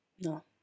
No